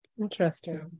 Interesting